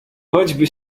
choćby